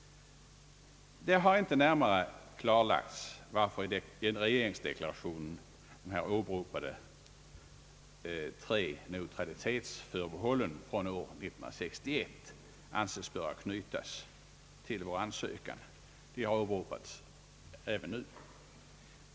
Det har inte närmare klarlagts varför de i regeringsdeklarationen åberopade tre neutralitetsförbehållen från år 1961 ansetts böra knytas till vår ansökan.